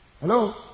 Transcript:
Hello